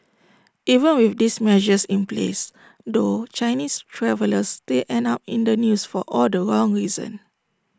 even with these measures in place though Chinese travellers still end up in the news for all the wrong reasons